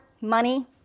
money